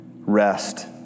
rest